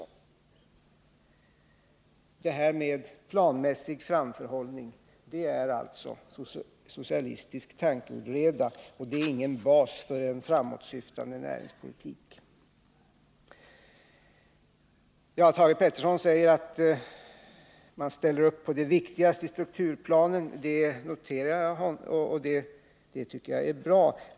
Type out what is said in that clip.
Detta med planmässig framförhållning är socialistisk tankeoreda och ingen bas för en framåtsyftande näringspolitik. Thage Peterson sade att man ställer upp på det viktigaste i strukturplanen. Det noterar jag, och det tycker jag är bra.